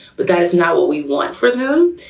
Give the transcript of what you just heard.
the guy's not what we want for them.